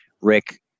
Rick